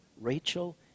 Rachel